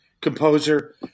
composer